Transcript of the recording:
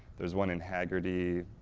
there's one in hagerty,